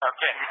Okay